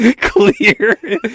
Clear